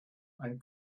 ein